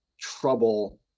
trouble